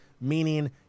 meaning